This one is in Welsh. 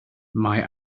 mae